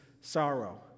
sorrow